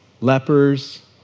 lepers